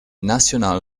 nacional